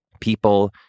people